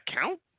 count